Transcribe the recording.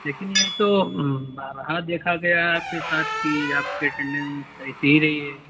لیکن یہ تو بارہا دیکھا گیا ہے آپ کے ساتھ کہ آپ کے اٹینڈینس ایسی ہی رہی ہے